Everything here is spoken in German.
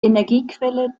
energiequelle